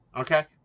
okay